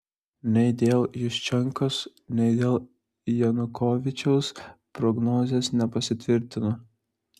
nei dėl juščenkos nei dėl janukovyčiaus prognozės nepasitvirtino